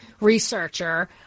researcher